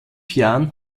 jahren